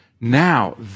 Now